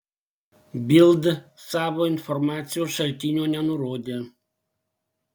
bild savo informacijos šaltinio nenurodė